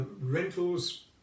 rentals